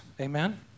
Amen